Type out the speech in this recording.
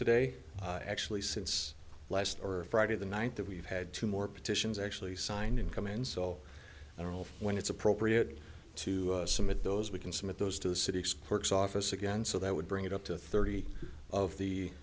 today actually since last or friday the ninth that we've had two more petitions actually signed in command so i don't know when it's appropriate to some of those we can submit those to the city sports office again so that would bring it up to thirty of the